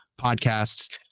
podcasts